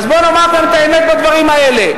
אז בוא נאמר גם את האמת בדברים האלה,